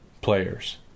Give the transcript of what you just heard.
players